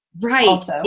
Right